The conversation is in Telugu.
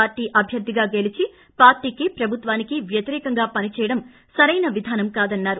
పార్టీ అభ్యర్దిగా గెలిచి పార్టీకి ప్రభుత్వానికి వ్యతిరేకంగా పన్చేయడం సరైన విధానం కాదన్నారు